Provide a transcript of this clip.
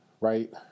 right